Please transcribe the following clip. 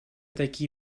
такие